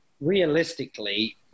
realistically